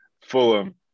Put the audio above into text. Fulham